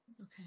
Okay